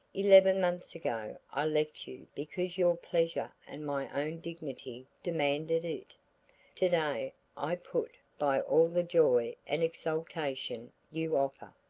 eleven months ago i left you because your pleasure and my own dignity demanded it to-day i put by all the joy and exaltation you offer,